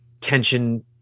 tension